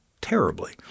terribly